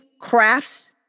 crafts